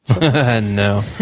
No